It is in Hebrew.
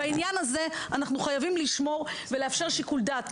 בעניין הזה אנחנו חייבים לשמור ולאפשר שיקול דעת,